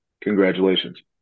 congratulations